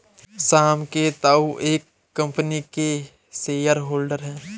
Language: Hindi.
श्याम के ताऊ एक कम्पनी के शेयर होल्डर हैं